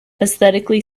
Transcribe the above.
aesthetically